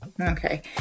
Okay